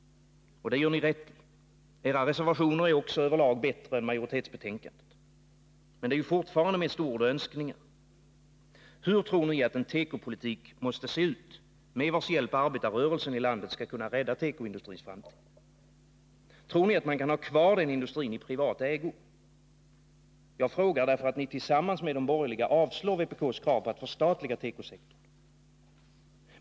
Det gör ni rätt i. Era reservationer är också över lag bättre än majoritetsbetänkandet. Men det är fortfarande mest ord och önskningar. Hur tror ni att en tekopolitik måste se ut, med vars hjälp arbetarrörelsen i landet skall kunna rädda tekoindustrins framtid? Tror ni att man kan ha kvar den industrin i privat ägo? Jag frågar därför att ni tillsammans med de borgerliga avslår vpk:s krav på att förstatliga tekosektorn.